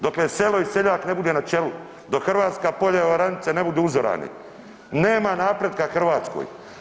Dokle selo i seljak ne bude na čelu, dok hrvatska polja i oranice ne budu uzorane, nema napretka Hrvatskoj.